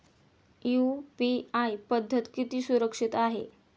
UPI पद्धत किती सुरक्षित आहे?